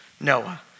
Noah